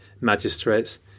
magistrates